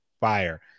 fire